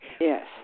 Yes